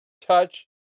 touch